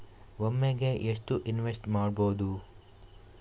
ಒಮ್ಮೆಗೆ ಎಷ್ಟು ಇನ್ವೆಸ್ಟ್ ಮಾಡ್ಬೊದು?